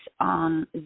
on